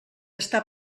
està